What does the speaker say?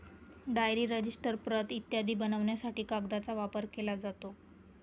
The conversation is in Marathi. डायरी, रजिस्टर, प्रत इत्यादी बनवण्यासाठी कागदाचा वापर केला जातो